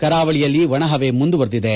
ಕರಾವಳಿಯಲ್ಲಿ ಒಣಹವೆ ಮುಂದುವರಿದಿದೆ